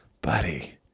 Buddy